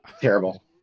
Terrible